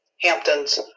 Hampton's